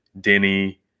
denny